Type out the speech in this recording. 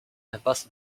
impasse